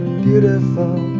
beautiful